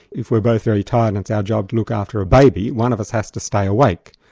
if we're both very tired and it's our job to look after a baby, one of us has to stay awake.